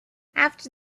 after